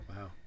Wow